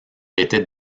était